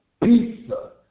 pizza